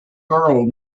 girl